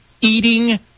eating